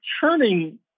turning